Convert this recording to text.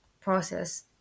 process